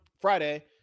Friday